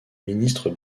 ministres